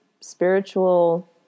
spiritual